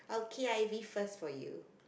K_I_V first for you